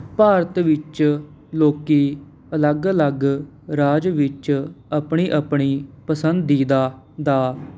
ਭਾਰਤ ਵਿੱਚ ਲੋਕੀਂ ਅਲੱਗ ਅਲੱਗ ਰਾਜ ਵਿੱਚ ਆਪਣੀ ਆਪਣੀ ਪਸੰਦੀਦਾ ਦਾ